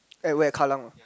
at where Kallang ah